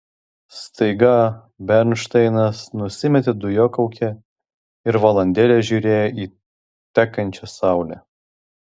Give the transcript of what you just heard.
staiga bernšteinas nusimetė dujokaukę ir valandėlę žiūrėjo į tekančią saulę